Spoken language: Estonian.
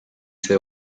see